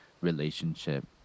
relationship